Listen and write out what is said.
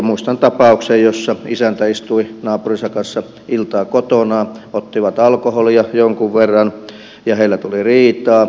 muistan tapauksen jossa isäntä istui naapurinsa kanssa iltaa kotonaan ottivat alkoholia jonkun verran ja heillä tuli riitaa